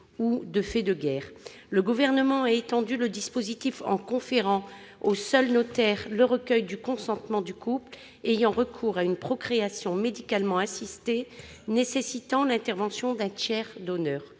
ou de faits de guerre. Le Gouvernement a étendu le dispositif en confiant au seul notaire le recueil du consentement du couple ayant recours à une procréation médicalement assistée nécessitant l'intervention d'un tiers donneur.